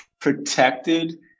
protected